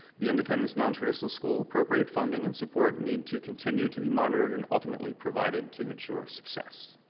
the independence nontraditional school appropriate funding and support needed to continue to be monitored and ultimately provided to ensure success.